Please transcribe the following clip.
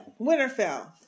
Winterfell